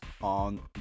on